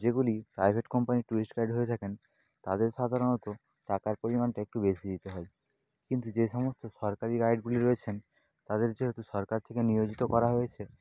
যেগুলি প্রাইভেট কম্পানির tourist guide হয়ে থাকেন তাদের সাধারণত টাকার পরিমাণটা একটু বেশি দিতে হয় কিন্তু যে সমস্ত সরকারি গাইডগুলি রয়েছেন তাদের যেহেতু সরকার থেকে নিয়োজিত করা হয়েছে